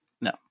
no